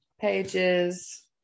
pages